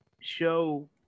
show